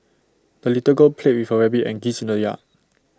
the little girl played with her rabbit and geese in the yard